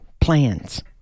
plans